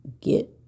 get